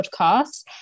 podcast